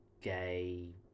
gay